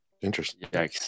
Interesting